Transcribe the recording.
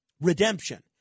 Redemption